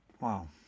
Wow